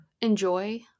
enjoy